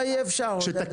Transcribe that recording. למה אי אפשר, עודדה?